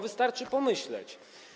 Wystarczy pomyśleć.